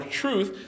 truth